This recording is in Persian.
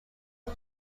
شده